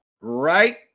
right